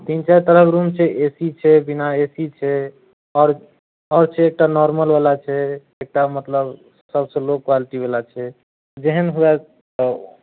तीन चारि तरहक रूम छै ए सी छै बिना ए सी छै आओर आओर छै एकटा नोर्मल बला छै एकटा मतलब सबसे लो क्वालिटी बला छै जेहन हुए सब